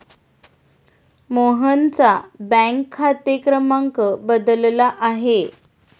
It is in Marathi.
मोहनचा बँक खाते क्रमांक बदलला आहे